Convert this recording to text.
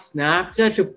Snapchat